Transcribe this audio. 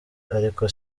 ariko